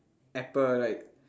apple like